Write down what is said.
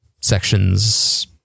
sections